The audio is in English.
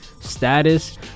status